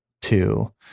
two